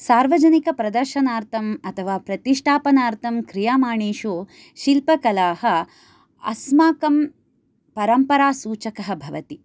सार्वजनिकप्रदर्शनार्थं अथवा प्रतिष्ठापनार्थं क्रियमाणेषु शिल्पकलाः अस्माकं परम्परासूचकः भवति